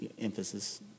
emphasis